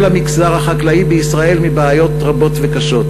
המגזר החקלאי בישראל מבעיות רבות וקשות.